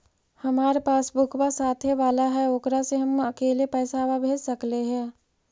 हमार पासबुकवा साथे वाला है ओकरा से हम अकेले पैसावा भेज सकलेहा?